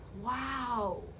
wow